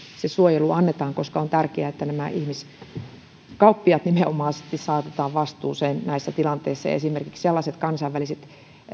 se suojelu annetaan koska on tärkeää että ihmiskauppiaat nimenomaisesti saatetaan vastuuseen näissä tilanteissa ja myöskin esimerkiksi sellaiset kansainväliset